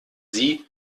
sie